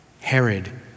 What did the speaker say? Herod